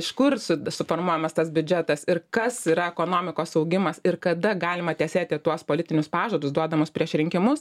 iš kur su suformuojamas tas biudžetas ir kas yra ekonomikos augimas ir kada galima tesėti tuos politinius pažadus duodamus prieš rinkimus